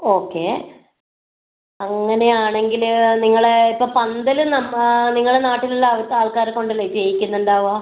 okay അങ്ങനെ ആണെങ്കിൽ നിങ്ങൾ ഇപ്പോൾ പന്തൽ നിങ്ങളെ നാട്ടിലുള്ള ആൾക്കാരെക്കൊണ്ടല്ലേ ചെയ്യിക്കുന്നുണ്ടാവുക